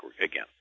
again